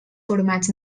formats